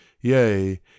Yea